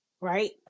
right